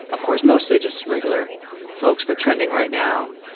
of course, mostly just regular folks. but trending right now,